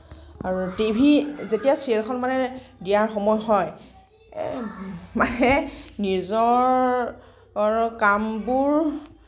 আৰু টিভিত যেতিয়া চিৰিয়েলখন মানে দিয়াৰ সময় হয় মানে নিজৰ কামবোৰ